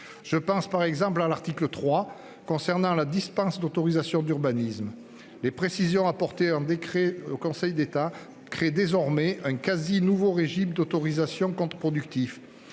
Je pense, par exemple, à l'article 3 concernant la dispense d'autorisation d'urbanisme. Les précisions apportées au décret en Conseil d'État créent désormais quasiment un nouveau régime d'autorisation contre-productif.